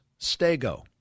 stego